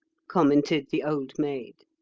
commented the old maid.